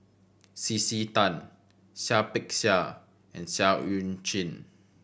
C C Tan Seah Peck Seah and Seah Eu Chin